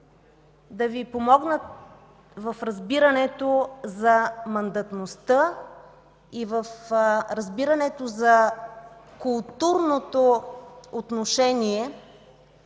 да Ви помогнат в разбирането за мандатността и в разбирането за културното отношение